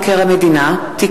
הצעת חוק מבקר המדינה (תיקון,